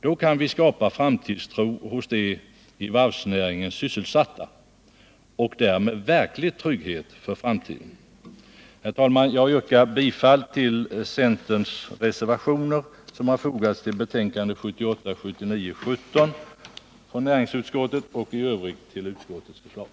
Då kan vi skapa framtidstro hos de i varvsnäringen sysselsatta och därmed verklig trygghet för framtiden. Herr talman! Jag yrkar bifall till centerns reservationer som har fogats till betänkandet 1978/79:17 från näringsutskottet och i övrigt till utskottets förslag.